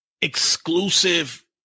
exclusive